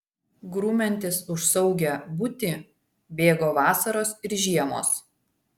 grumiantis už saugią būtį bėgo vasaros ir žiemos